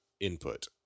input